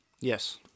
Yes